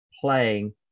playing